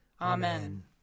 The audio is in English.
Amen